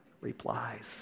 Replies